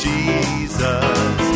Jesus